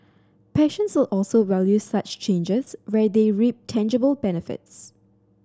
patients will also value such changes where they reap tangible benefits